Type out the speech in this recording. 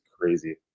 crazy